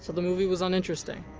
the movie was uninteresting.